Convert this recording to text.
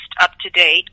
up-to-date